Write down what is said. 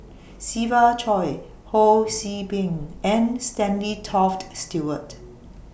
Siva Choy Ho See Beng and Stanley Toft Stewart